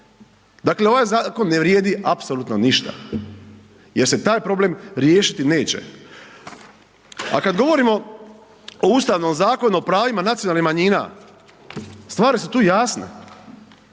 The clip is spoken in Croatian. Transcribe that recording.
Dakle, ovaj zakon ne vrijedi apsolutno ništa jer se taj problem riješiti neće. A kad govorimo o Ustavnom zakonu o pravima nacionalnih manjina stvari su tu jasne.